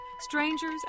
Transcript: strangers